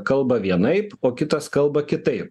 kalba vienaip o kitas kalba kitaip